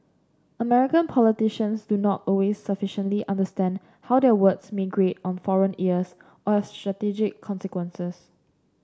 American politicians do not always sufficiently understand how their words may grate on foreign ears or have strategic consequences